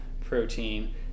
protein